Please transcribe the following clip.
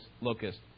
locust